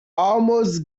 almost